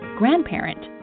grandparent